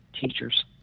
teachers